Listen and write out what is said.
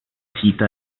cita